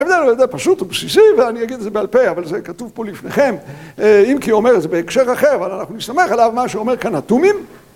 ההסבר הוא די פשוט ובסיסי, ואני אגיד את זה בעל פה, אבל זה כתוב פה לפניכם, אם כי הוא אומר את זה בהקשר אחר, אבל אנחנו נסתמך עליו מה שאומר כאן התומים.